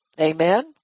Amen